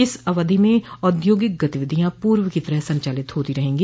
इस अवधि में औद्योगिक गतिविधियां पूर्व की तरह संचालित होती रहेंगी